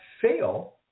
fail